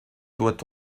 doit